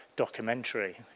documentary